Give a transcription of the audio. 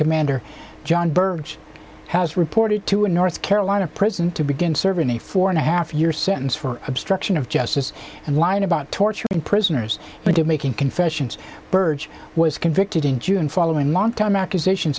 commander john birch has reported to a north carolina prison to begin serving a four and a half year sentence for obstruction of justice and lying about torturing prisoners and to making confessions berge was convicted in june following longtime accusations